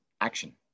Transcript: action